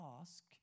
ask